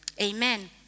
Amen